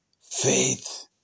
Faith